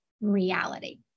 reality